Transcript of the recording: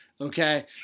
Okay